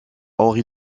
henri